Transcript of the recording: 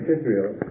Israel